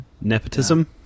Nepotism